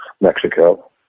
Mexico